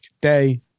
day